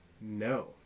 No